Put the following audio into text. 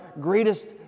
greatest